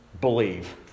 believe